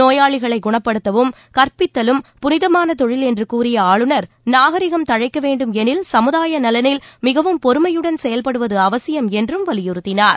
நோயாளிகளை குணப்படுத்துவதும் கற்பித்தலும் புனிதமான தொழில் என்று கூறிய ஆளுநர் நாகரீகம் தழைக்க வேண்டும் எனில் சமுதாய நலனில் மிகவும் பொறுமையுடன் செயல்படுவது அவசியம் என்றும் வலியுறுத்தினார்